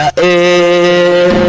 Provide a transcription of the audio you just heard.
a